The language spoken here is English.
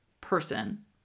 person